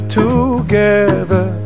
together